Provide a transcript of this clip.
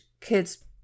kid's